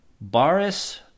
Boris